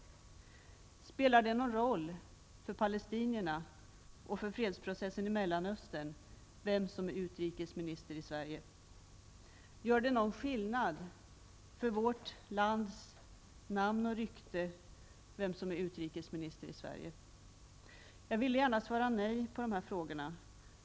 Spelar det någon roll för palestinierna och för fredsprocessen i Mellanöstern vem som är utrikesminister i Sverige? Gör det någon skillnad för vårt lands namn och rykte vem som är utrikesminister i Sverige? Jag ville gärna svara nej på dessa frågor.